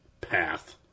path